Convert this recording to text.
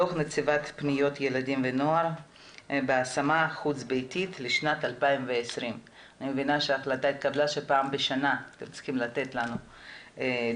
דו"ח נציבות פניות ילדים ונוער בהשמה חוץ ביתית לשנת 2020. אני מבינה שההחלטה התקבלה שפעם בשנה אתם צריכים לתת לנו דו"ח,